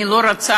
אני לא רוצה,